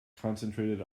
concentrated